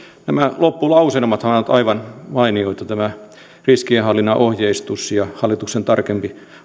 nämä loppulausumat ovat aivan mainioita tämä riskienhallinnan ohjeistus ja hallituksen tarkempi